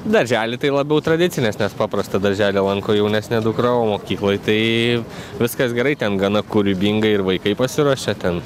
daržely tai labiau tradicinės nes paprastą darželį lanko jaunesnė dukra o mokykloj tai viskas gerai ten gana kūrybingai ir vaikai pasiruošia ten